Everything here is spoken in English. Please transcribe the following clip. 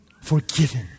forgiven